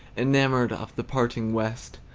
enamoured of the parting west,